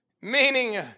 Meaning